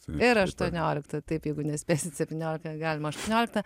ir aštuonioliktą taip jeigu nespėsit septynioliktą galima aštuonioliktą